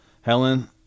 Helen